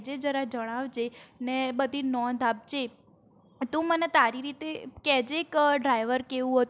કહેજે જરા જણાવજે ને બધી નોંધ આપજે તું મને તારી રીતે કહેજે કે ડ્રાઈવર કેવું હતું